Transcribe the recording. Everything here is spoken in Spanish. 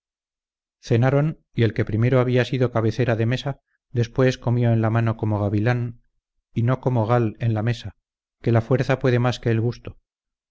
cenaron y el que primero había sido cabecera de mesa después comió en la mano como gavilán y no como gal en la mesa que la fuerza puede más que el gusto